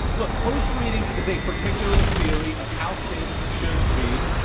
look, close reading is a particular theory of how kids should read.